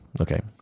Okay